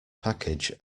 package